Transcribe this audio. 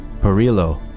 Perillo